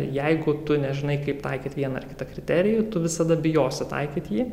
jeigu tu nežinai kaip taikyti vieną ar kitą kriterijų tu visada bijosi sutaikyt jį